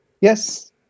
Yes